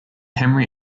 henry